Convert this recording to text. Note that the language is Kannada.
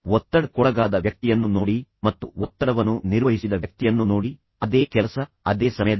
ಒತ್ತಡಕ್ಕೊಳಗಾದ ವ್ಯಕ್ತಿಯನ್ನು ನೋಡಿ ಮತ್ತು ಒತ್ತಡವನ್ನು ನಿರ್ವಹಿಸಿದ ವ್ಯಕ್ತಿಯನ್ನು ನೋಡಿ ಅದೇ ಕೆಲಸ ಅದೇ ಸಮಯದಲ್ಲಿ